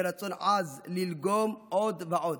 ברצון עז ללגום עוד ועוד.